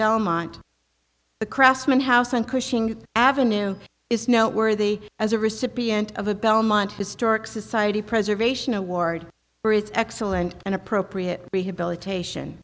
belmont the craftsman house on cushing avenue is noteworthy as a recipient of a belmont historic society preservation award for its excellent and appropriate rehabilitation